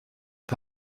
pas